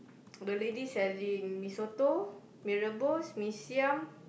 the lady selling mee-soto mee-rebus mee-siam